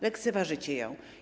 Lekceważycie ją.